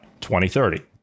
2030